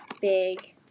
big